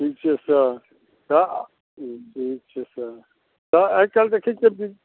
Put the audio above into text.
ठीक छै सर ठीक छै सर सर आईकाल्हि देखै छियै कि